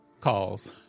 calls